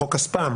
הכוונה.